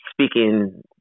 speaking